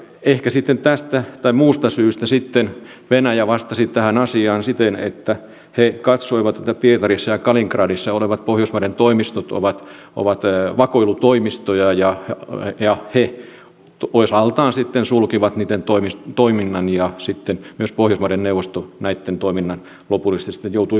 ehkä sitten tästä tai muusta syystä venäjä vastasi tähän asiaan siten että he katsoivat että pietarissa ja kaliningradissa olevat pohjoismaiden toimistot ovat vakoilutoimistoja ja he osaltaan sitten sulkivat niitten toiminnan ja pohjoismaiden neuvosto myös näitten toiminnan lopullisesti sitten joutui lopettamaankin